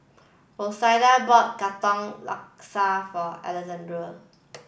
Rashida bought Katong Laksa for Alexandrea